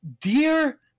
Dear